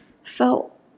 felt